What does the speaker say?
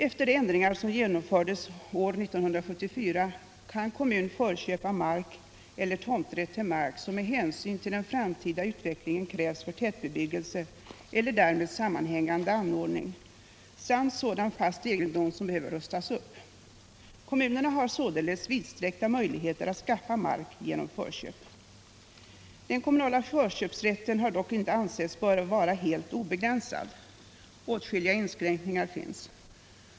Efter de ändringar som genomfördes år 1974 kan kommun förköpa mark eller tomträtt till mark som med hänsyn till den framtida utvecklingen krävs för tätbebyggelse eller dirmed sammanhängande anordning samt sådan fast egendom som behöver rustas upp. Kommunerna har således vidsträckta möjligheter att skaffa mark genom förköp. Den kommunala förköpsrätten har dock inte ansetts böra vara helt obegränsad. Åtskilliga inskränkningar finns.